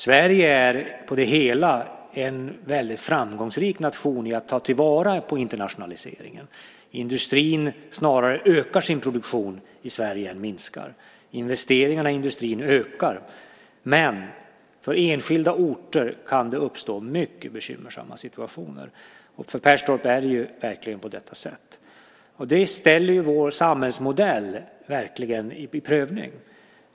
Sverige är på det hela taget en väldigt framgångsrik nation när det gäller att ta vara på internationaliseringen. Industrin ökar snarare än minskar sin produktion i Sverige. Investeringarna i industrin ökar. Men på enskilda orter kan det uppstå mycket bekymmersamma situationer, och för Perstorp är det verkligen på detta sätt. Det ställer verkligen vår samhällsmodell inför prövning.